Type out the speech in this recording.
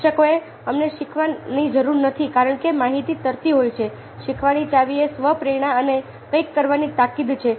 શિક્ષકોએ અમને શીખવવાની જરૂર નથી કારણ કે માહિતી તરતી હોય છે શીખવાની ચાવી એ સ્વ પ્રેરણા અને કંઈક કરવાની તાકીદ છે